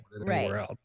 right